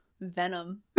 venom